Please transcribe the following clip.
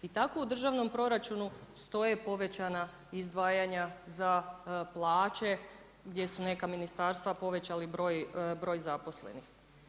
I tako u državnom proračunu stoje povećana izdvajanja za plaće, gdje su neka ministarstva povećali broj zaposlenih.